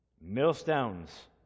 Millstones